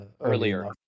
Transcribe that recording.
earlier